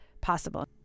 possible